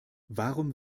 warum